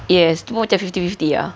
yes tu pun fifty fifty ah